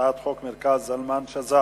אנחנו ממשיכים בסדר-היום: הצעת חוק מרכז זלמן שזר